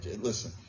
listen